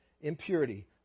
impurity